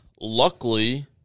Luckily